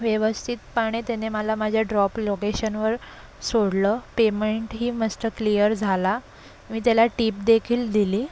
व्यवस्थितपणे त्याने मला माझ्या ड्रॉप लोकेशनवर सोडलं पेमेंटही मस्त क्लियर झाला मी त्याला टीपदेखील दिली